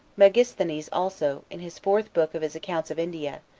megasthenes also, in his fourth book of his accounts of india,